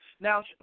Now